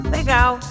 Legal